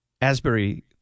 Asbury